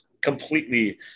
completely